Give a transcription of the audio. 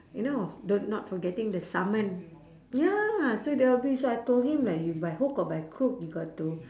you know the not forgetting the summon ya so there will be so I told him like you by hook or by crook you got to